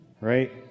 right